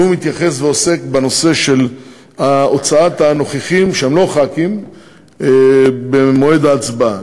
ועוסק בנושא של הוצאת הנוכחים שהם לא חברי הכנסת במועד הצבעה.